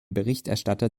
berichterstatter